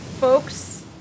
folks